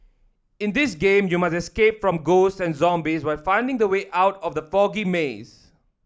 in this game you must escape from ghosts and zombies while finding the way out of the foggy maze